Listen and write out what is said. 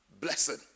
blessing